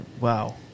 Wow